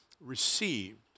received